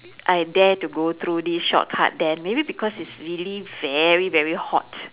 I dare to go through this shortcut then maybe because it's really very very hot